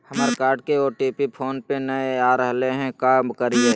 हमर कार्ड के OTP phone पे नई आ रहलई हई, का करयई?